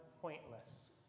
pointless